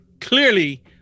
clearly